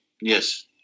Yes